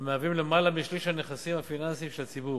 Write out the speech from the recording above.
המהווים למעלה משליש מהנכסים הפיננסיים של הציבור.